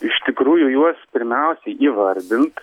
iš tikrųjų juos pirmiausiai įvardint